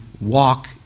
walk